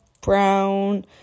brown